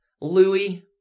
Louis